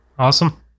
Awesome